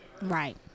Right